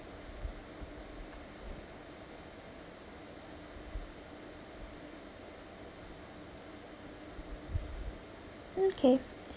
mm okay